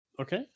Okay